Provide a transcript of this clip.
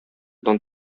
дан